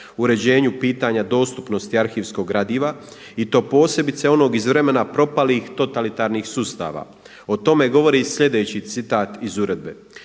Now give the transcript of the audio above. u uređenju pitanja dostupnosti arhivskog gradiva i to posebice onog iz vremena propalih totalitarnih sustava. O tome govori i sljedeći citat iz uredbe.